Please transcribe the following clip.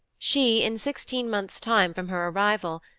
she, in sixteen months time from her arrival,